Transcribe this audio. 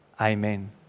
amen